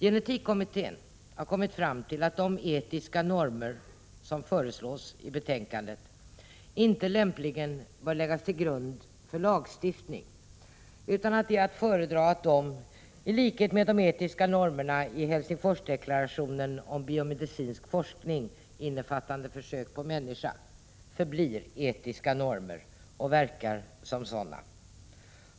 Gen-etik-kommittén har kommit fram till att de etiska normer som föreslås i betänkandet inte lämpligen bör läggas till grund för lagstiftning utan att det är att föredra att de, i likhet med de etiska normerna i Helsingforsdeklarationen om biomedicinsk forskning innefattande försök på människa, förblir etiska normer och verkar som sådana.